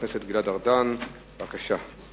חבר הכנסת גלעד ארדן, בבקשה.